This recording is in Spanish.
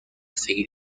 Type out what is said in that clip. seguir